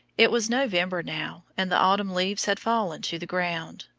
it was november now, and the autumn leaves had fallen to the ground.